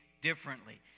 differently